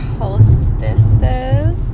hostesses